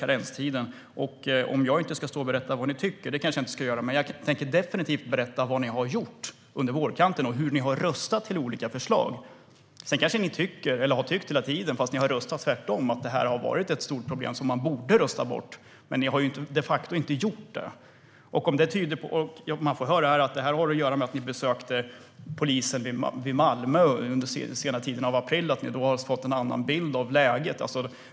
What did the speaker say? Jag kanske inte ska stå här och berätta vad ni i Moderaterna tycker, men jag ska definitivt berätta vad ni har gjort under våren och hur ni har röstat när det gäller olika förslag. Ni kanske hela tiden har tyckt att karenstiden har varit ett stort problem som man borde rösta bort, fast ni har röstat tvärtom. Ni har de facto inte röstat för att ta bort den. Nu får vi höra att det beror på att ni besökte polisen i Malmö under senare delen av april och att ni då har fått en annan bild av läget.